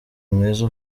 mwiza